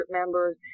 members